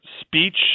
speech